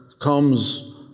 comes